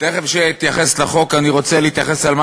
בטרם אתייחס לחוק אני רוצה להתייחס למה